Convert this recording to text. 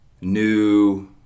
new